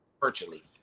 virtually